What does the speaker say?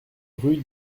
rue